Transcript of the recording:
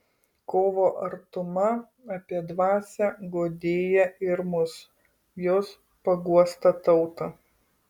kovo artuma apie dvasią guodėją ir mus jos paguostą tautą